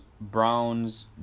Browns